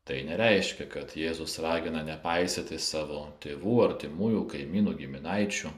tai nereiškia kad jėzus ragina nepaisyti savo tėvų artimųjų kaimynų giminaičių